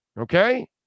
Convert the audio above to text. okay